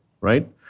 right